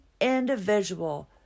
individual